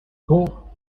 cork